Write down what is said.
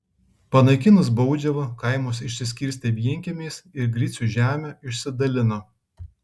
panaikinus baudžiavą kaimas išsiskirstė vienkiemiais ir gricių žemę išsidalino